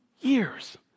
years